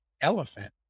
elephant